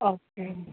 okay